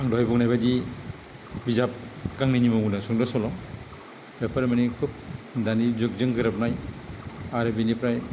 दहाय बुंनायबायदि बिजाब गांनैनि महरा सुंद' सल' दा फोरमायनायनि खुब दानि जुगजों गोरोबनाय आरो बिनिफ्राय